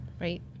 Right